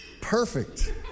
Perfect